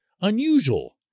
unusual